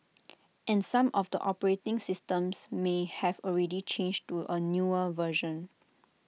and some of the operating systems may have already changed to A newer version